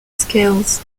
scales